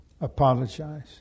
apologize